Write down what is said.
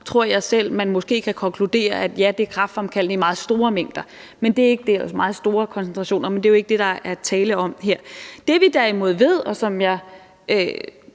tror jeg selv, at man måske kan konkludere, at ja, det er kræftfremkaldende i meget store mængder eller koncentrationer, men det er jo ikke det, der er tale om her. Det, vi derimod ved, og som jeg